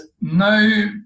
no